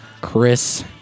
Chris